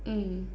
mm